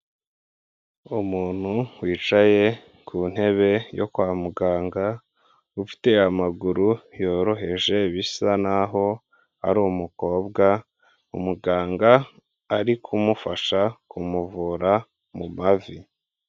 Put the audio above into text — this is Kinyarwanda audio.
Umuntu wicaye ku ntebe yo kwa muganga, ufite amaguru yoroheje bisa naho ari umukobwa, umuganga ari kumufasha kumuvura mu mavi.